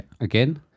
Again